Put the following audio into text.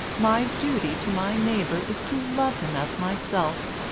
my duty to my neighbour is to love him as myself.